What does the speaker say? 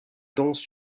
danse